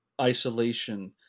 isolation